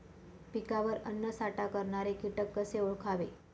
पिकावर अन्नसाठा करणारे किटक कसे ओळखावे?